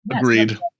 Agreed